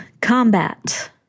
Combat